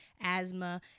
asthma